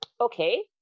okay